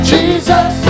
Jesus